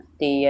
thì